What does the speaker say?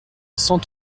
cent